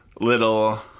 little